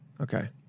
Okay